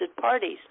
parties